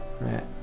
Right